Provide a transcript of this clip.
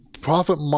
profit